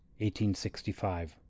1865